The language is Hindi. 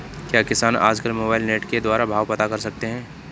क्या किसान आज कल मोबाइल नेट के द्वारा भाव पता कर सकते हैं?